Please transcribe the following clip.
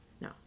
No